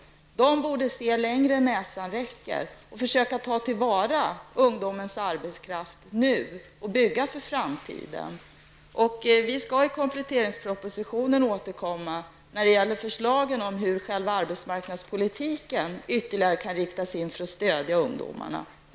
Företagen borde se längre än näsan räcker och försöka ta vara på ungdomens arbetskraft nu och bygga för framtiden. Vi skall i kompletteringspropositionen återkomma när det gäller förslag om hur själva arbetsmarknadspolitiken ytterligare kan inriktas för att stödja ungdomarna.